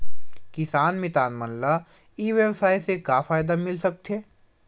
किसान मितान मन ला ई व्यवसाय से का फ़ायदा मिल सकथे?